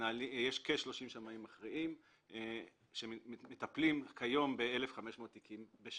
יש כ-30 שמאים מכריעים שמטפלים כיום ב-1,500 תיקים בשנה.